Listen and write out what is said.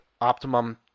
optimum